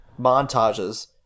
Montages